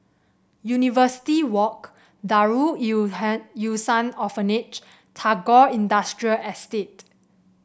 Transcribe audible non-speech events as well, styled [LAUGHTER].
University Walk Darul [UNINTELLIGIBLE] Ihsan Orphanage and Tagore Industrial Estate